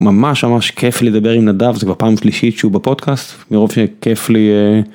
ממש ממש כיף לדבר עם נדב, זה כבר פעם שלישית שהוא בפודקאסט מרוב שכיף לי.